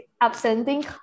absenting